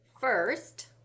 first